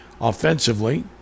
offensively